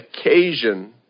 occasion